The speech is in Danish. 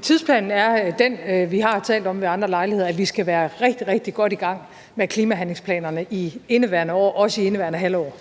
Tidsplanen er den, vi har talt om ved andre lejligheder, nemlig at vi skal være rigtig, rigtig godt i gang med klimahandlingsplanerne i indeværende år, også i indeværende halvår.